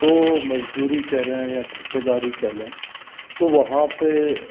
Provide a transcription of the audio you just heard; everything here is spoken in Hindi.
तो मजदूरी कह लें या ठेकेदारी कह लें तो वहाँ पे